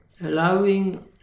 allowing